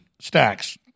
stacks